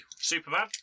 Superman